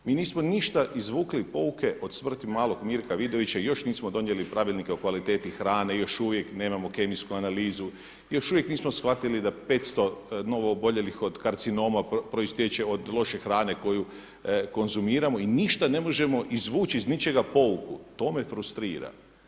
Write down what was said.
Mi nismo ništa izvukli od pouke od smrti malog Mirka Vidovića, još nismo donijeli pravilnike o kvaliteti hrane, još uvijek nemamo kemijsku analizu, još uvijek nismo shvatili da 500 novooboljelih od karcinoma proistječe od loše hrane koju konzumiramo i ništa ne možemo izvući iz ničega pouku, to me frustrira.